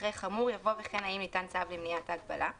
אחרי "חמור" יבוא "וכן האם ניתן צו למניעת ההגבלה";